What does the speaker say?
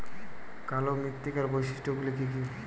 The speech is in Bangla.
কালো মৃত্তিকার বৈশিষ্ট্য গুলি কি কি?